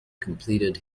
completed